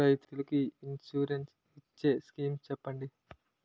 రైతులు కి ఇన్సురెన్స్ ఇచ్చే స్కీమ్స్ చెప్పండి?